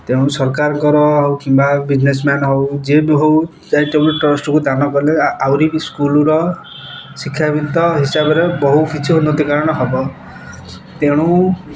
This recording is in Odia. ତେଣୁ ସରକାରଙ୍କର କିମ୍ବା ବିଜିନେସମ୍ୟାନ୍ ହେଉ ଯିଏ ବି ହଉ ଚାରିଟେବଲ୍ ଟ୍ରଷ୍ଟକୁ ଦାନ କଲେ ଆହୁରି ବି ସ୍କୁଲ୍ର ଶିକ୍ଷାବିତ ହିସାବରେ ବହୁତ କିଛି ଉନ୍ନତିକରଣ ହବ ତେଣୁ